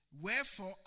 Wherefore